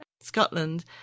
Scotland